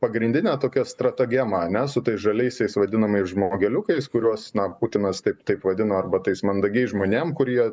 pagrindinė tokia stratagema ane su tais žaliaisiais vadinamais žmogeliukais kuriuos na putinas taip taip vadino arba tais mandagiais žmonėm kurie